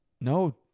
no